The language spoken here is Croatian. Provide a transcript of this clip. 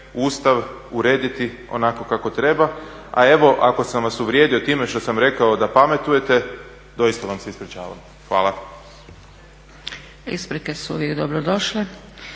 Ustav urediti onako kako treba, a evo ako sam vas uvrijedio time što sam rekao da pametujete doista vam se ispričavam. Hvala. **Zgrebec, Dragica